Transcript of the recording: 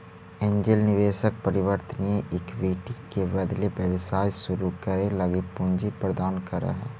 angel निवेशक परिवर्तनीय equity के बदले व्यवसाय शुरू करे लगी पूंजी प्रदान करऽ हइ